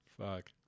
Fuck